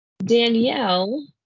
danielle